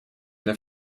для